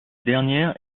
dernière